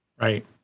Right